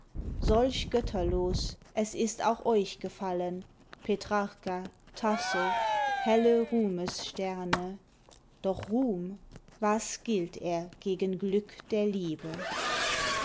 solch götterloos es ist auch euch gefallen petrarca tasso helle ruhmessterne doch ruhm was gilt er gegen glück der liebe